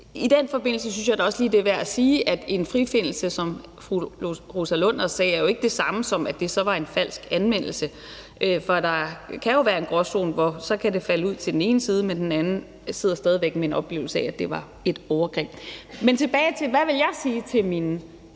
I den forbindelse synes jeg da også lige, det er værd at sige, at en frifindelse, hvad fru Rosa Lund også sagde, jo ikke er det samme som, at det så var en falsk anmeldelse, for det kan jo være en gråzone, hvor det så kan falde ud til den enes side, men hvor den anden stadig væk sidder med en oplevelse af, at det var et overgreb. Men hvad vil jeg så sige til mine